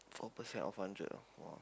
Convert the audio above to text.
four percent of hundred ah !wah!